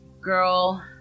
girl